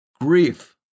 grief